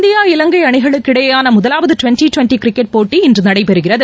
India Ilangai அணிகளுக்கு இடையேயான முதலாவது டிவெண்டி டிவெண்டி கிரிக்கெட் போட்டி இன்று நடைபெறுகிறது